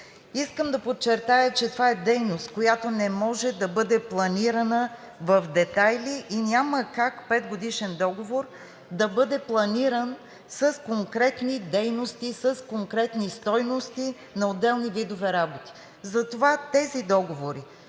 Искам да подчертая, че това е дейност, която не може да бъде планиране в детайли и няма как петгодишен договор да бъде планиран с конкретни дейности, с конкретни стойности на отделни видове работи. Затова тези договори